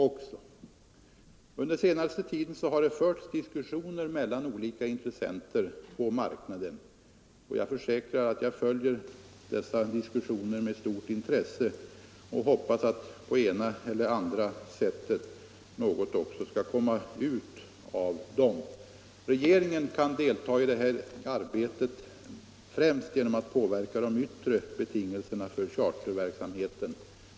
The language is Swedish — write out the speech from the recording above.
Under den senaste tiden har det förts diskussioner mellan olika intressenter på marknaden, och jag försäkrar att jag följer dessa diskussioner med stort intresse och hoppas att på det ena eller andra sättet något också skall komma ut av dem. Regeringen kan delta i det här arbetet främst genom att påverka de yttre betingelserna för charterverksamheten.